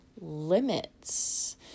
Limits